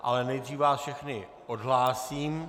Ale nejdříve vás všechny odhlásím.